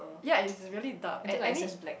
ya it's really dark and I mean